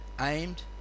Aimed